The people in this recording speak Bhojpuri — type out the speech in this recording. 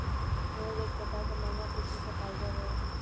मोहेर एक प्रकार क महंगा किस्म क फाइबर हौ